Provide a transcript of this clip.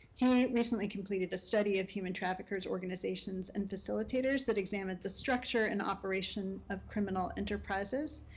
he recently completed a study of human traffickers, organizations, and facilitators that examined the structure and operation of criminal enterprises.